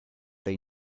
they